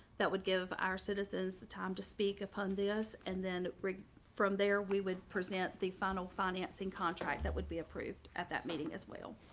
that would give our citizens the time to speak upon the us. and then from there, we would present the final financing contract that would be approved at that meeting as well.